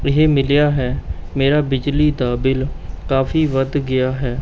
ਇਹ ਮਿਲਿਆ ਹੈ ਮੇਰਾ ਬਿਜਲੀ ਦਾ ਬਿੱਲ ਕਾਫ਼ੀ ਵੱਧ ਗਿਆ ਹੈ